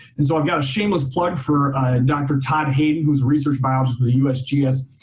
and so i've got a shameless plug for dr. todd hayden, who's research biologist with the usgs.